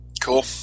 Cool